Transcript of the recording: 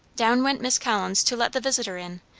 down went miss collins to let the visitor in,